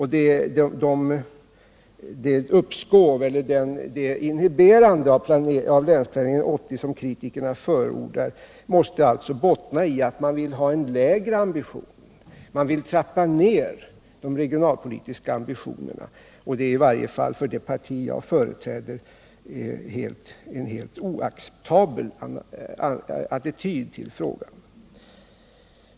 Det inhiberande av länsplanering 80, som kritikerna förordar, måste alltså bottna i att man vill ha en lägre ambition. Man vill trappa ned de regionalpolitiska ambitionerna. Men detta är för det parti jag företräder en helt oacceptabel attityd till frågan.